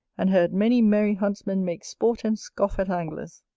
and heard many merry huntsmen make sport and scoff at anglers.